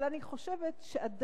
אבל אני חושבת שעדיין,